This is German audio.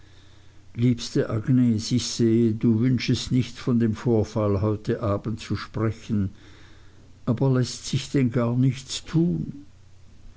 liebste agnes ich sehe du wünschest nicht von dem vorfall heute abends zu sprechen aber läßt sich denn gar nichts tun